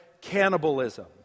cannibalism